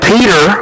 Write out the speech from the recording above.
Peter